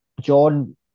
John